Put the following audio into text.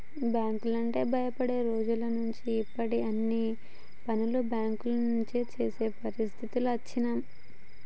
బ్యేంకులంటే భయపడే రోజులనుంచి ఇప్పుడు అన్ని పనులు బ్యేంకుల నుంచే జేసే పరిస్థితికి అచ్చినం